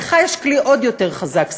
לך יש כלי עוד יותר חזק,